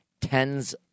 tens